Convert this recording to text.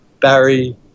Barry